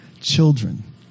children